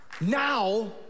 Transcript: Now